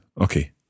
Okay